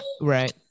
right